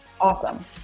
Awesome